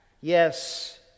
Yes